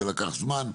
זה לקח זמן.